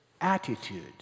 attitude